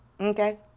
Okay